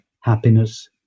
happiness